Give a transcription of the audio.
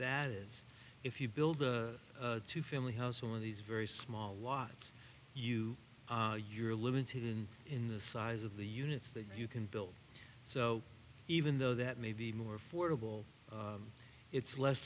that is if you build a two family house on these very small lot you you're limited in in the size of the units that you can build so even though that may be more affordable it's less